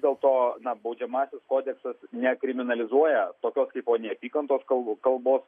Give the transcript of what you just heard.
dėl to na baudžiamasis kodeksas nekriminalizuoja tokios kaipo neapykantos kal kalbos